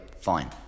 fine